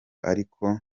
ariko